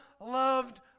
loved